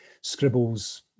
scribbles